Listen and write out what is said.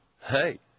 Hey